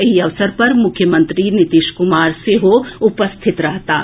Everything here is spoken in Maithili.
एहि अवसर पर मुख्यमंत्री नीतीश कुमार सेहो उपस्थित रहताह